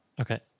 Okay